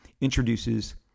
introduces